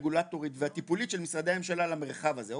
הרגולטוריות והטיפולית של משרדי הממשלה למרחב הזה.